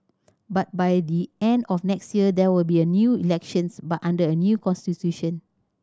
but by the end of next year there will be a new elections but under a new constitution